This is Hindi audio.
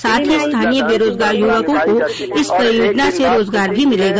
साथ ही स्थानीय बेरोजगार युवकों को इस परियोजना से रोजगार भी मिलेगा